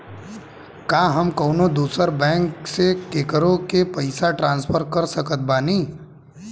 का हम कउनों दूसर बैंक से केकरों के पइसा ट्रांसफर कर सकत बानी?